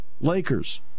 Lakers